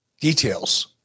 details